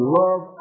love